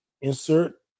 insert